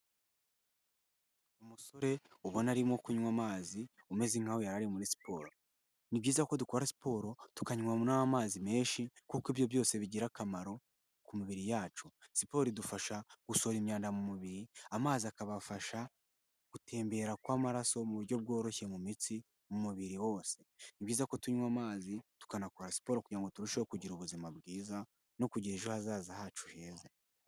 Umusore ubona arimo kunywa amazi, umeze nk'aho yari ari siporo. Ni byiza ko dukora siporo tukanywamo n'amazi menshi kuko ibyo byose bigira akamaro ku mibiri yacu. Siporo idufasha gusohora imyanda mu mubiri, amazi akabafasha gutembera kw'amaraso mu buryo bworoshye mu mitsi, mu mubiri wose. Ni byiza ko tunywa amazi, tukanakora siporo kugira ngo turusheho kugira ubuzima bwiza no kugira ejo hazaza hacu heza.